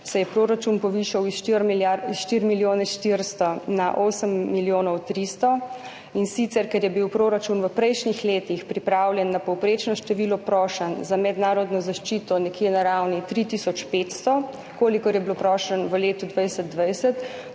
proračun povišal s 4 milijonov 400 na 8 milijonov 300. In sicer ker je bil proračun v prejšnjih letih pripravljen na povprečno število prošenj za mednarodno zaščito nekje na ravni 3 tisoč 500, kolikor je bilo prošenj v letu 2020.